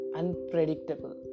unpredictable